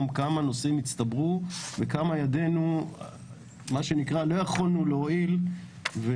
את הדבר הזה ואת חוסר יכולתנו להועיל.